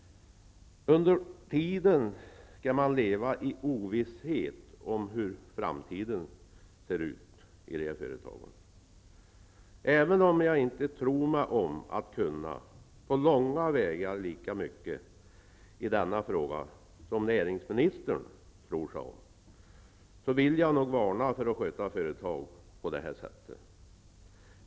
Under tiden skall man inom företagen leva i ovisshet om hur framtiden ser ut. Även om jag inte tror mig om att kunna på långa vägar lika mycket i denna fråga som näringsministern tror sig om, vill jag nog varna för att sköta företag på det här sättet.